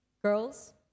Girls